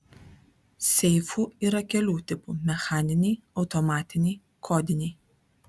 seifų yra kelių tipų mechaniniai automatiniai kodiniai